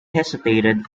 hesitated